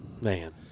Man